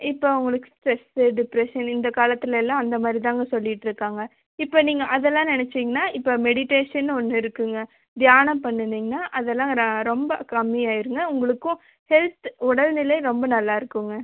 இப்போ உங்களுக்கு stress depression இந்த காலத்துலயெல்லாம் அந்த மாதிரி தாங்க சொல்லிட்டுருக்காங்க இப்போ நீங்கள் அதெல்லாம் நினைச்சீங்கனா இப்போ மெடிடேஷன்னு ஒன்று இருக்குங்க தியானம் பண்ணுனீங்கன்னா அதெல்லாம் ர ரொம்ப கம்மியாகருங்க உங்களுக்கும் ஹெல்த் உடல் நிலை ரொம்ப நல்லாருக்குங்க